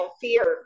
fear